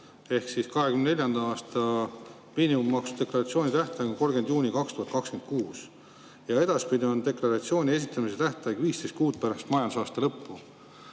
ehk siis 2024. aasta miinimummaksu deklaratsiooni tähtaeg on 30. juuni 2026. Edaspidi on deklaratsiooni esitamise tähtaeg 15 kuud pärast majandusaasta lõppu.